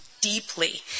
deeply